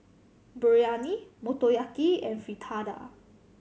Biryani Motoyaki and Fritada